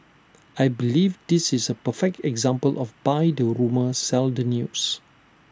I believe this is A perfect example of buy the rumour sell the news